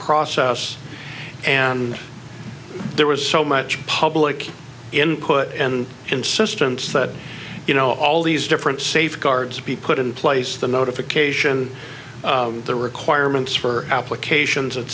process and there was so much public input and insistence that you know all these different safeguards be put in place the notification the requirements for applications et